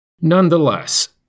Nonetheless